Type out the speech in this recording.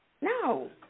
No